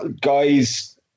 guys